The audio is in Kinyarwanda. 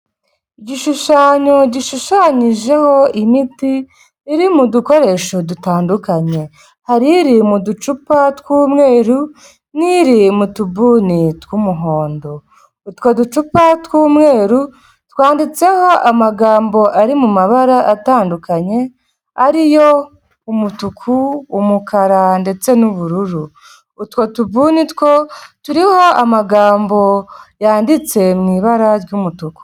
Igishushanyo gishushanyijeho in imiti iri mu dukoresho dutandukanye, hari iri mu ducupa tw'umweru n'iri mu tubuni tw'umuhondo, utwo ducupa tw'umweru twanditseho amagambo ari mu mabara atandukanye ari yo umutuku, umukara ndetse n'ubururu, utwo tubuni two turiho amagambo yanditse mu ibara ry'umutuku.